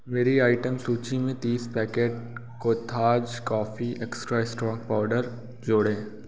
मेरी आइटम सूची में तीस पैकेट कोथाज कॉफी एक्स्ट्रा स्ट्रांग पाउडर जोड़ें